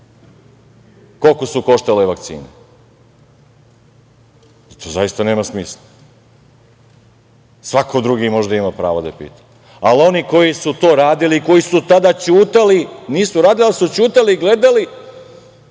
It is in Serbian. koliko su koštale vakcine? To zaista nema smisla. Svako drugi možda ima pravo da pita, ali oni koji su to radili i koji su tada ćutali, nisu radili, ali su ćutali, gledali,